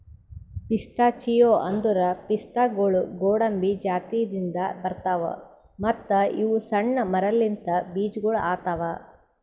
pistachio ಅಂದುರ್ ಪಿಸ್ತಾಗೊಳ್ ಗೋಡಂಬಿ ಜಾತಿದಿಂದ್ ಬರ್ತಾವ್ ಮತ್ತ ಇವು ಸಣ್ಣ ಮರಲಿಂತ್ ಬೀಜಗೊಳ್ ಆತವ್